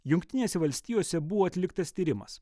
jungtinėse valstijose buvo atliktas tyrimas